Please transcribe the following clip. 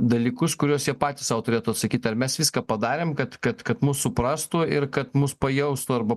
dalykus kuriuos jie patys sau turėtų atsakyt ar mes viską padarėm kad kad kad mus suprastų ir kad mus pajaustų arba